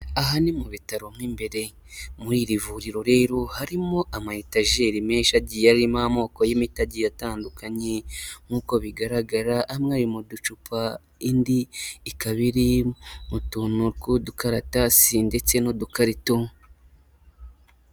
Aha ni mu bitaro mo imbere, muri iri vuriro rero harimo ama etajeri menshi agiye arimo amoko y'imiti agiye atandukanye nk'uko bigaragara amwe ari mu ducupa indi ikaba iri mu tuntu tw'udukaratasi ndetse n'udukarito.